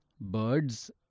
birds